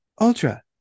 Ultra